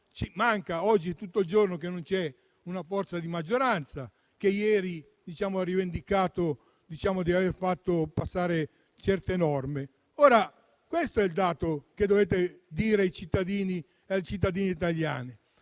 mancata per tutto il giorno una forza di maggioranza, che ieri ha rivendicato di aver fatto passare certe norme. Questo è il dato che dovete dire ai cittadini e alle